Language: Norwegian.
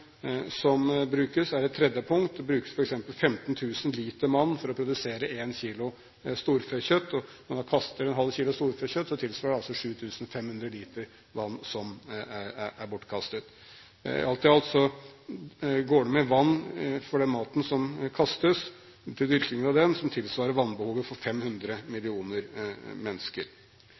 som brukes, er et tredje punkt. Det brukes f.eks. 15 000 liter vann for å produsere 1 kg storfekjøtt. Når man kaster en halv kilo storfekjøtt, tilsvarer det altså 7 500 liter vann – vann som er bortkastet. Alt i alt – til den maten som kastes, til dyrkingen av den, går det med vann som tilsvarer vannbehovet til 500 millioner mennesker.